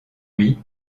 lui